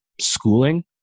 schooling